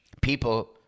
People